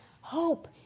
Hope